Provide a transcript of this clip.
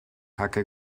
hacke